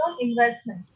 investment